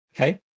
Okay